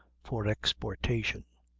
for exportation.